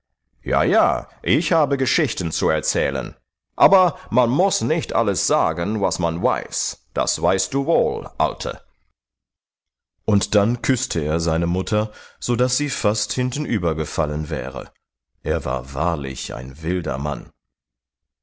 ja ja ich habe geschichten zu erzählen aber man muß nicht alles sagen was man weiß das weißt du wohl alte und dann küßte er seine mutter sodaß sie fast hintenüber gefallen wäre er war wahrlich ein wilder mann